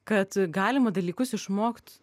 kad galima dalykus išmokt